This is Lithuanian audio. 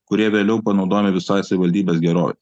kurie vėliau panaudojami visai savivaldybės gerovei